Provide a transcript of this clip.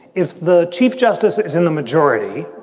if the chief justice is in the majority,